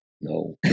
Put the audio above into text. No